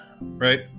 right